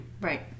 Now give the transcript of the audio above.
Right